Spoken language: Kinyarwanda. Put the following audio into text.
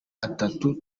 atatu